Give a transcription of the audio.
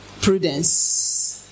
Prudence